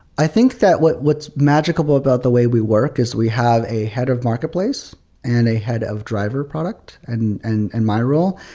i think that what's what's magical about the way we work is we have a head of marketplace and a head of driver product and and and my role.